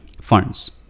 funds